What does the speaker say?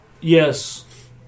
Yes